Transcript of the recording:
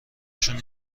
شون